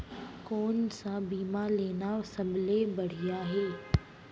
कोन स बीमा लेना सबले बढ़िया हे?